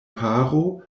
paro